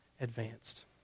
advanced